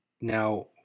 Now